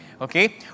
Okay